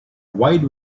wide